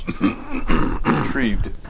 retrieved